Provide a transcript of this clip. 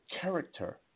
character